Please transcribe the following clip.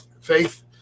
Faith